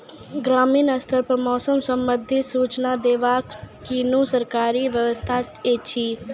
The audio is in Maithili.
ग्रामीण स्तर पर मौसम संबंधित सूचना देवाक कुनू सरकारी व्यवस्था ऐछि?